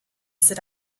sit